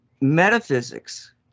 metaphysics